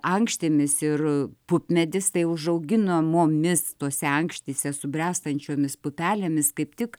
ankštimis ir pupmedis tai užauginamomis tose ankštyse subręstančiomis pupelėmis kaip tik